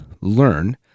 learn